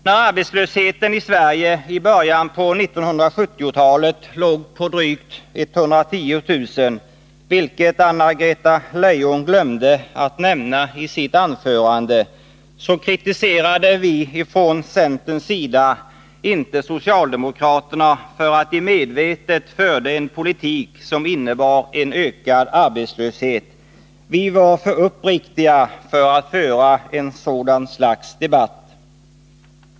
När arbetslösheten i Sverige i början av 1970-talet låg på drygt 110 000, vilket Anna-Greta Leijon glömde att nämna i sitt anförande, kritiserade vi från centerns sida inte socialdemokraterna för att medvetet föra en politik som innebar ökad arbetslöshet. Vi var för uppriktiga för att föra en sådan debatt.